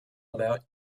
about